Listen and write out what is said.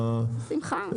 הפרטיים.